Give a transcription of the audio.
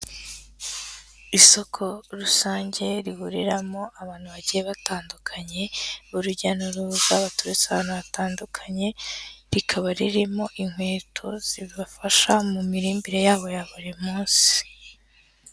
Isoko rusange rihuriramo abantu bagiye batandukanye, urujya n'uruza baturutse ahantu hatandukanye, rikaba ririmo inkweto zibafasha mu mirimbire yabo ya buri munsi.